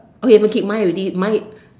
okay haven't kick mine already mine